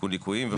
תיקון ליקויים.